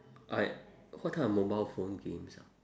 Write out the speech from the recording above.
I what type of mobile phone games ah